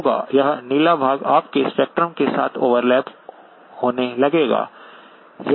यह नीला भाग आपके स्पेक्ट्रम के साथ ओवरलैप होने लगेगा